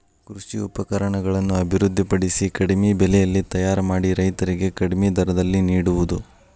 ಕೃಷಿ ಉಪಕರಣಗಳನ್ನು ಅಭಿವೃದ್ಧಿ ಪಡಿಸಿ ಕಡಿಮೆ ಬೆಲೆಯಲ್ಲಿ ತಯಾರ ಮಾಡಿ ರೈತರಿಗೆ ಕಡಿಮೆ ದರದಲ್ಲಿ ನಿಡುವುದು